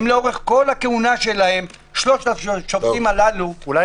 לאורך כל הכהונה שלהם שלושת השופטים הללו --- אולי